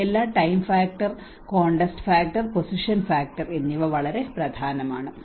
ഈ എല്ലാ time factor context factor position factor എന്നിവ വളരെ പ്രധാനമാണ്